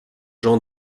gens